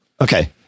Okay